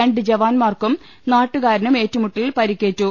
രണ്ട് ജവാന്മാർക്കും നാട്ടുകാരനും ഏറ്റുമുട്ടലിൽ പരിക്കേറ്റു